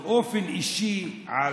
באופן אישי על